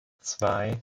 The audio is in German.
zwei